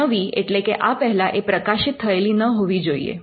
નવી એટલે કે આ પહેલા એ પ્રકાશિત થયેલી ન હોવી જોઈએ